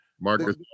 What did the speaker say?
Marcus